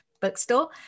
bookstore